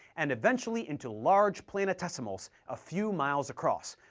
and eventually into large planetesimals a few miles across,